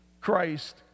Christ